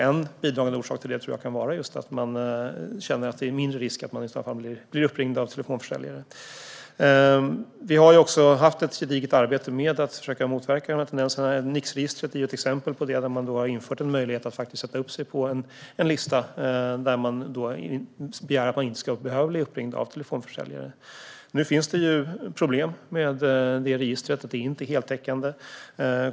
En bidragande orsak till det tror jag kan vara just att man känner att det är mindre risk att bli uppringd av telefonförsäljare. Vi har haft ett gediget arbete med att försöka motverka de här tendenserna. Även Nixregistret är ett exempel på det. Det ger möjlighet att sätta upp sig på en lista där man begär att inte bli uppringd av telefonförsäljare. Nu finns det ju problem med det registret; det är inte heltäckande.